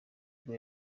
bwo